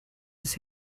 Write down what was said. his